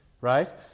right